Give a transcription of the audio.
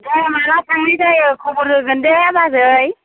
दे माला थांनाय जायो खबर होगोन दे बाजै